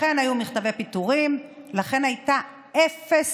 לכן היו מכתבי פיטורים, לכן הייתה אפס